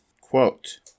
quote